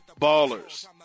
Ballers